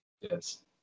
Yes